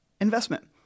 investment